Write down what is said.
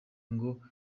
ngo